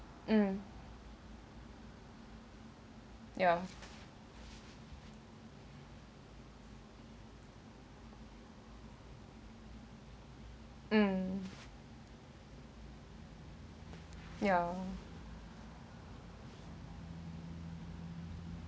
um ya um ya